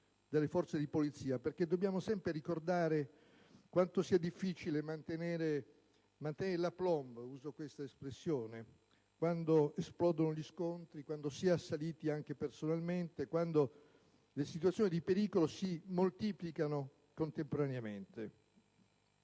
delle forze di polizia, perché dobbiamo sempre ricordare quanto sia difficile mantenere l'*aplomb* quando esplodono gli scontri, quando si è assaliti personalmente, quando le situazioni di pericolo si moltiplicano contemporaneamente.